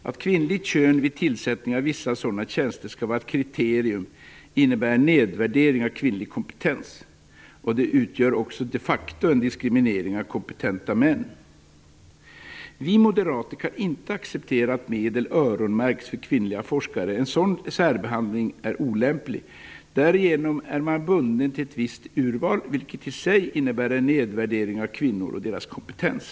Att kvinnligt kön vid tillsättning av sådana tjänster skall vara ett kriterium innebär en nedvärdering av kvinnlig kompetens. Det utgör också de facto en diskriminering av kompetenta män. Vi moderater kan inte acceptera att medel öronmärks för kvinnliga forskare. En sådan särbehandling är olämplig. Därigenom blir man bunden till ett visst urval, vilket i sig innebär en nedvärdering av kvinnor och deras kompetens.